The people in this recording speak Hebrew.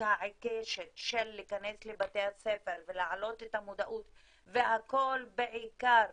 העיקשת של להיכנס לבתי הספר ולהעלות את המודעות והכול בעיקר